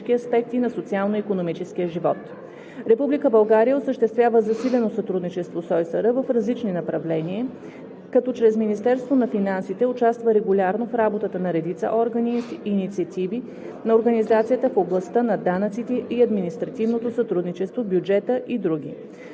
България осъществява засилено сътрудничество с ОИСР в различни направления, като чрез Министерството на финансите участва регулярно в работата на редица органи и инициативи на организацията в областта на данъците и административното сътрудничество, бюджета и други.